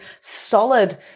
solid